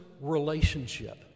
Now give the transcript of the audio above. relationship